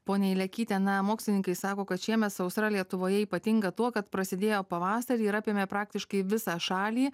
ponia ilekyte na mokslininkai sako kad šiemet sausra lietuvoje ypatinga tuo kad prasidėjo pavasarį ir apėmė praktiškai visą šalį